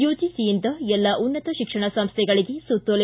ಯುಜಿಸಿಯಿಂದ ಎಲ್ಲ ಉನ್ನತ ಶಿಕ್ಷಣ ಸಂಸ್ಥೆಗಳಿಗೆ ಸೂತ್ತೋಲೆ